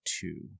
two